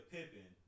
Pippen